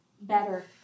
better